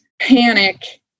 panic